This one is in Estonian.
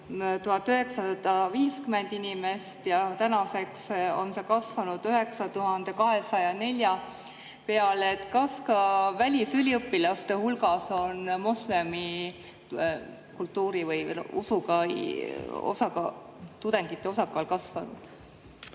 1950 inimest, tänaseks on see kasvanud 9204 peale. Kas ka välisüliõpilaste hulgas on moslemi kultuuri esindajate, moslemi usku tudengite osakaal kasvanud?